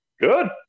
good